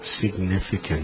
significant